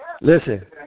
Listen